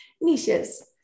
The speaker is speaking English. niches